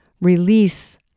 release